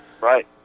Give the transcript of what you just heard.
Right